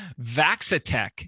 Vaxatech